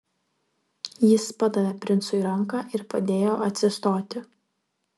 jis padavė princui ranką ir padėjo atsistoti